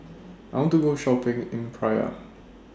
I want to Go Shopping in Praia